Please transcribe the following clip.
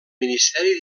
ministeri